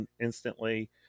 instantly